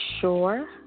sure